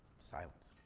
silence.